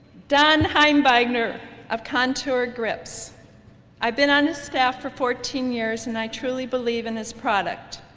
don heimbigner of contour grips i've been on his staff for fourteen years and i truly believe in this product.